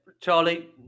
Charlie